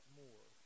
more